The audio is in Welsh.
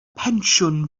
pensiwn